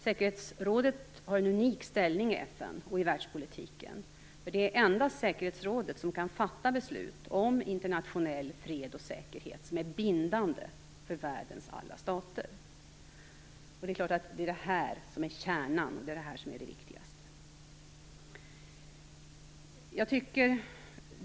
Säkerhetsrådet har en unik ställning i FN och i värlspolitiken, för det är endast säkerhetsrådet som kan fatta beslut om internationell fred och säkerhet vilka är bindande för världens alla stater. Det är klart att det är detta som är kärnan och det viktigaste.